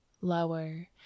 lower